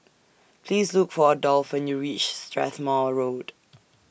Please Look For Adolf when YOU REACH Strathmore Road